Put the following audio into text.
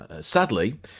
Sadly